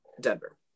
Denver